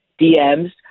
DMs